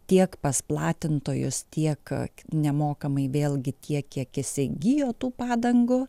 tiek pas platintojus tiek nemokamai vėlgi tiek kiek įsigijo tų padangų